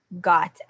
got